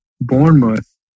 Bournemouth